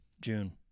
June